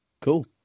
cool